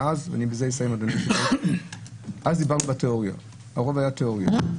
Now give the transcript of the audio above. בזמנו דיברנו על תיאוריה, הרוב היה בתיאוריה,